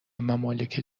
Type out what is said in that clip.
ممالک